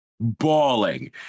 bawling